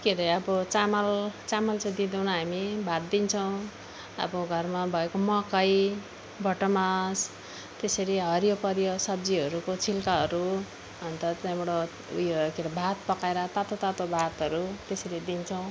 के अरे अब चामल चामल चाहिँ दिँदैनौँ हामी भात दिन्छौँ अब घरमा भएको मकै भटमास त्यसरी हरियोपरियो सब्जीहरूको छिल्काहरू अन्त त्यहाँबाट ऊ यो के अरे भात पकाएर तातो तातो भातहरू त्यसरी दिन्छौँ